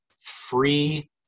free